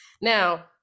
now